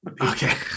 Okay